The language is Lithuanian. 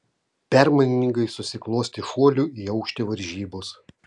permainingai susiklostė šuolių į aukštį varžybos